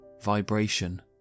vibration